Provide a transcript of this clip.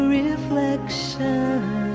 reflection